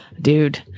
dude